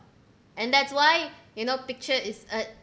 and that's why you know picture is a